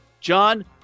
John